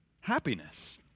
happiness